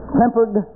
tempered